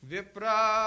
Vipra